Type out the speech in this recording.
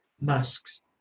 masks